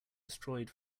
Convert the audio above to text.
destroyed